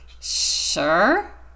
sure